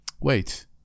Wait